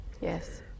Yes